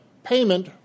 Payment